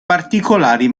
particolari